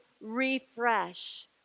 refresh